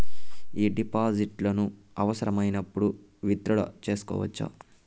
ఈ డిపాజిట్లను అవసరమైనప్పుడు విత్ డ్రా సేసుకోవచ్చా?